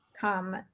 come